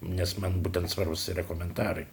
nes man būtent svarbūs yra komentarai